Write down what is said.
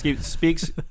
speaks